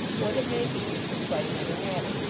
what it may be, is quite another matter.